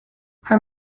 her